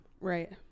Right